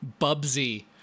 bubsy